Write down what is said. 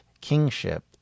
kingship